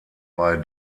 bei